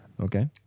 okay